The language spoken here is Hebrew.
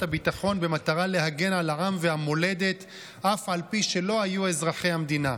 הביטחון במטרה להגן על העם והמולדת אף על פי שלא היו אזרחי המדינה,